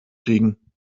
fliegen